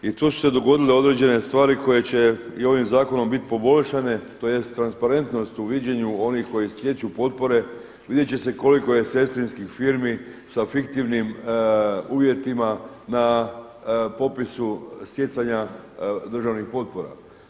I tu su se dogodile određene stvari koje će i ovim zakonom bit poboljšane, tj. transparentnost u viđenju onih koji stječu potpore, vidjet će se koliko je sestrinskih firmi sa fiktivnim uvjetima na popisu stjecanja državnih potpora.